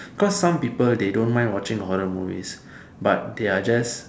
cause some people they don't mind watching horror movies but they are just